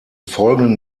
folgenden